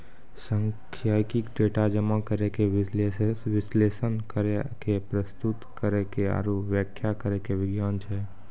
सांख्यिकी, डेटा जमा करै के, विश्लेषण करै के, प्रस्तुत करै के आरु व्याख्या करै के विज्ञान छै